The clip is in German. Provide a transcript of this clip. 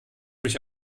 mich